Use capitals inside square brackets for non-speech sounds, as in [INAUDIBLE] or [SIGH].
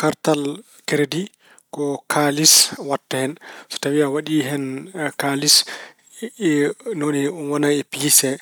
Kartal keredi ko kaalis waɗtee hen. So tawi a waɗi hen kaalis [HESITATION] ni woni wona e piis he.